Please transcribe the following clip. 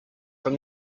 from